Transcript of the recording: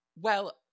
Well-